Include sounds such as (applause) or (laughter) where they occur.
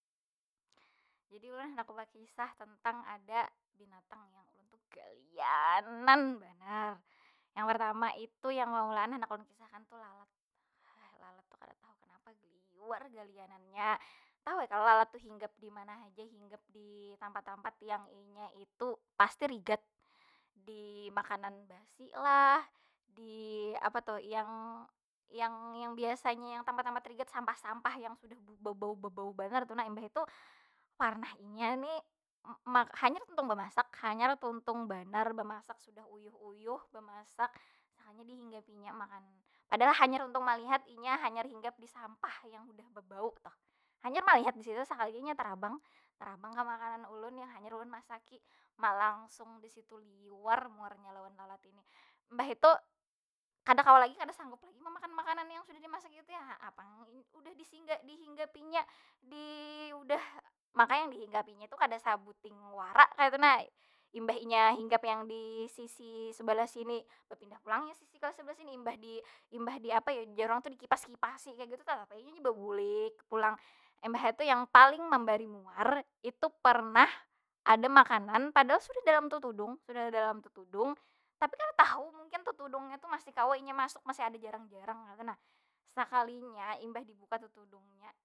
Jadi ulun handak bakisah tentang ada binatang yang ulun tu gelianan banar. Yang pertama itu, yang (unintelligible) ulun handak kisahkan itu lalat. Lalaut tu kada tahu kenapa liwar galianannya. Tahu ai kalo lalat tu hinggap dimana haja, hinggap di tampat- tampat yang inya itu pasti rigat. Di makanan basi lah, di apa tuh yang- yang- yang biasanya yang tempat- tempat rigat, sampah- sampah yang sudah bebau- bebau banar tu nah. Imbah itu, parnah inya ni hanyar tuntung bemasak, hanyar tuntung banar bemasak sudah uyuh- uyuh bemasak, sekalinya dihinggapinya makanannya. Adalah hanyar tuntung melihat inya hanyar hinggap di sampah yang udah bebau tah. Hanyar malihat di situ, sakalinya nya tarabang. Tarabang ke makanan ulun yang hanyar ulun masaki. Ma, langsung di situ liwar muarnya lawan lalat ini. Mbah itu, kada kawa lagi, kada sanggup lagi memakan makanan yang sudah dimasaki tu nya ha. Apang ini udah disinggah dihinggapinya, maka yang dihinggapinya tu kada sabuting wara kaytu nah. Imbah inya hinggap yang di sisi sabalah sini, bapindah pulang inya sisi ka sabalah sini. Imbah di imbah di apa yu? Jar urang tu dikipas- kipasi kaytu, tatap ai inya babulik pulang. Imbah itu yang paling membari muar, itu pernah ada makanan, padahal sudah dalam tatudung. Sudah dalam tatudung, tapi kada tahu, mungkin tatudungnya tu masih kawa inya masuk. Masih ada jarang- jarang kaytu nah. Sakalinya imbah dibuka tatudungnya.